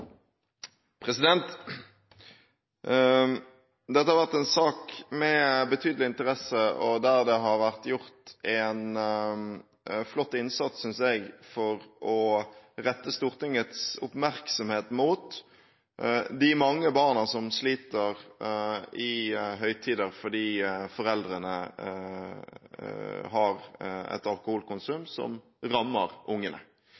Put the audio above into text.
har vært gjort en flott innsats, synes jeg, for å rette Stortingets oppmerksomhet mot de mange barna som sliter i høytider fordi foreldrene har et alkoholkonsum som rammer ungene.